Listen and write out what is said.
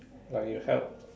like you help